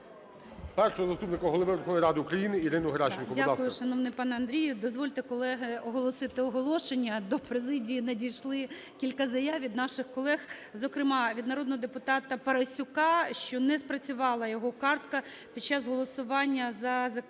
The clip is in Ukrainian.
Дякую, шановний пане Андрію. Дозвольте, колеги, оголосити оголошення. До президії надійшли кілька заяв від наших колег, зокрема від народного депутата Парасюка, що не спрацювала його картка під час голосування за закон